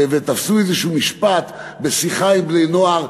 ותפסו איזשהו משפט בשיחה עם בני-נוער,